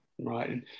right